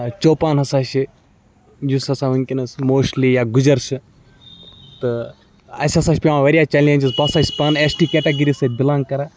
چوپان ہَسا چھِ یُس ہَسا وٕنکٮ۪نَس موسٹلی یا گُجَر چھِ تہٕ اَسہِ ہَسا چھِ پٮ۪وان واریاہ چَلینٛجِز بہٕ ہَسا چھُس پانہٕ ایس ٹی کیٹَگٔری سۭتۍ بِلانٛگ کَران